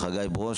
חגי ברוש